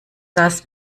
das